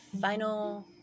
final